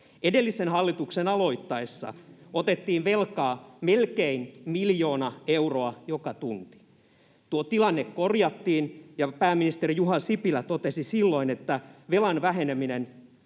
Edellisen hallituksen aloittaessa otettiin velkaa melkein miljoona euroa joka tunti. Tuo tilanne korjattiin, ja pääministeri Juha Sipilä totesi silloin, että velan väheneminen